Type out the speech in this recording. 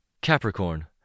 Capricorn